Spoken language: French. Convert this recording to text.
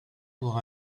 pour